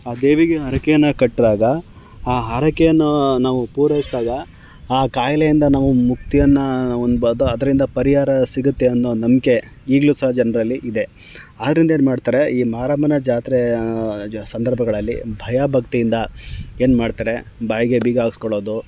ಆ ದೇವಿಗೆ ಹರಕೆಯನ್ನು ಕಟ್ಟಿದಾಗ ಆ ಹರಕೆಯನ್ನು ನಾವು ಪೂರೈಸಿದಾಗ ಆ ಕಾಯಿಲೆಯಿಂದ ನಾವು ಮುಕ್ತಿಯನ್ನು ಒಂದು ಅದು ಅದರಿಂದ ಪರಿಹಾರ ಸಿಗುತ್ತೆ ಅನ್ನೋದು ನಂಬಿಕೆ ಈಗಲೂ ಸಹ ಜನರಲ್ಲಿ ಇದೆ ಆದ್ದರಿಂದ ಏನು ಮಾಡ್ತಾರೆ ಈ ಮಾರಮ್ಮನ ಜಾತ್ರೆಯ ಜ ಸಂದರ್ಭಗಳಲ್ಲಿ ಭಯ ಭಕ್ತಿಯಿಂದ ಏನು ಮಾಡ್ತಾರೆ ಬಾಯಿಗೆ ಬೀಗ ಹಾಕ್ಸ್ಕೊಳ್ಳೋದು